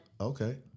Okay